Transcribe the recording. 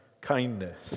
kindness